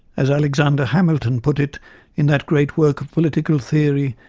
as alexander hamilton put it in that great work of political theory,